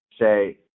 say